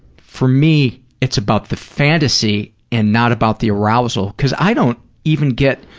for me, it's about the fantasy and not about the arousal, because i don't even get